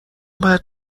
باید